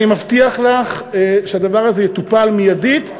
אני מבטיח לך שהדבר הזה יטופל מיידית,